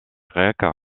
grec